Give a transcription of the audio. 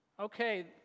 Okay